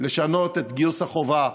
לשנות את גיוס החובה,